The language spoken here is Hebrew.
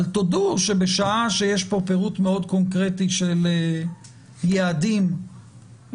אבל תודו שבשעה שיש פה פירוט קונקרטי מאוד של יעדים של